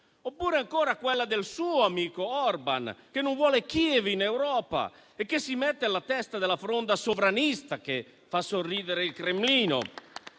Oppure, ancora, quella del suo amico Orban, che non vuole Kiev in Europa e si mette alla testa della fronda sovranista, che fa sorridere il Cremlino?